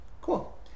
Cool